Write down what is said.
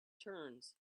turns